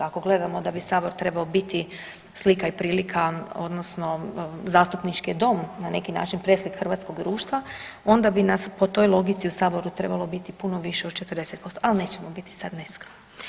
Ako gledamo da bi sabor trebao biti slika i prilika odnosno zastupnički dom na neki način preslika hrvatskog društva onda bi nas po toj logici u saboru trebalo biti puno više od 40%, ali nećemo biti sada neskromni.